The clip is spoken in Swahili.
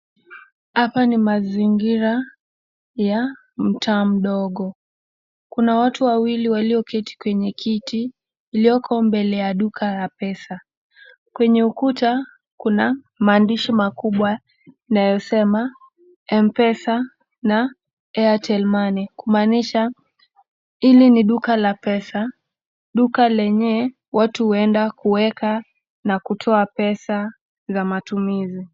Hapa ni mazingira ya mtaa mdogo. Kuna watu wawili walioketi kwenye kiti iliyoko mbele ya duka la pesa. Kwenye ukuta kuna maandishi makubwa inayosema Mpesa na Airtel Money kumaanisha hili ni duka la pesa duka lenye watu huenda kuweka na kutoa pesa za matumizi.